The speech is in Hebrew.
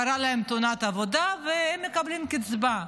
קרתה להם תאונת עבודה והם מקבלים קצבה.